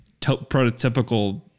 prototypical